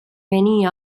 many